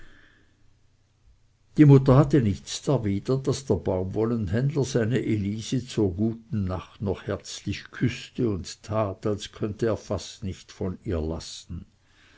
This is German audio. die mutter hatte nichts darwider daß der baumwollenhändler seine elise zur guten nacht noch herzlich küßte und tat als könne er fast nicht von ihr lassen